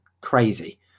crazy